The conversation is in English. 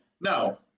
No